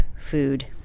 food